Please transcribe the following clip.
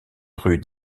rue